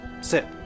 sit